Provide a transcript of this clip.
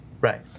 Right